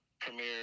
premiere